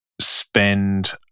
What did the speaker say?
spend